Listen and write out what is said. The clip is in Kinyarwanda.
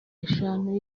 eshanu